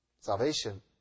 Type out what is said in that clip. Salvation